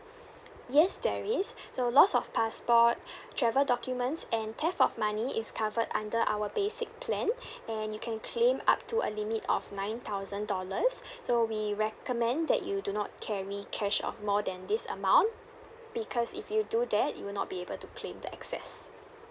yes there is so loss of passport travel documents and theft of money is covered under our basic plan and you can claim up to a limit of nine thousand dollars so we recommend that you do not carry cash of more than this amount because if you do that you will not be able to claim the excess